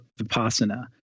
vipassana